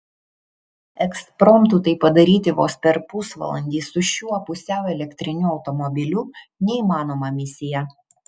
ekspromtu tai padaryti vos per pusvalandį su šiuo pusiau elektriniu automobiliu neįmanoma misija